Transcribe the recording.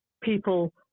people